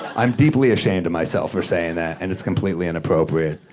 i'm deeply ashamed of myself for saying that, and it's completely inappropriate,